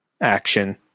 action